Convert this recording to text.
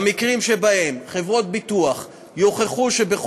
במקרים שבהם חברות ביטוח יוכחו שהן